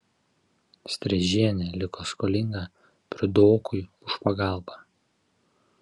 streižienė liko skolinga priudokui už pagalbą